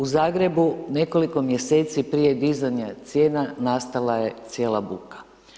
U Zagrebu nekoliko mjeseci prije dizanja cijena nastala je cijela buka.